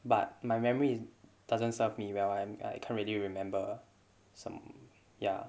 but my memory doesn't serve me well I me~ I can't really remember some ya